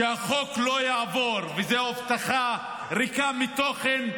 שהחוק לא יעבור וזו הבטחה ריקה מתוכן,